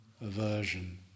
aversion